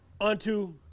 unto